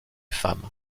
femmes